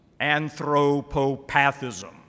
Anthropopathism